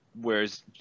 whereas